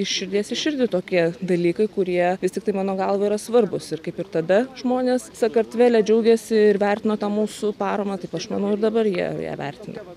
iš širdies į širdį tokie dalykai kurie vis tiktai mano galva yra svarbūs ir kaip ir tada žmonės sakartvele džiaugėsi ir vertino tą mūsų paramą taip aš manau ir dabar jie ją vertina